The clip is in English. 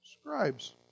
scribes